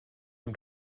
dem